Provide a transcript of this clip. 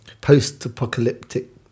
post-apocalyptic